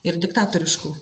ir diktatoriškų